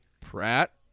Pratt